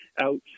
out